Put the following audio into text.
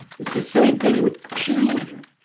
it is the same thing with children.